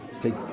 take